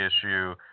issue